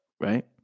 right